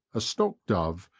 a stock-dove,